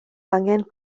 angen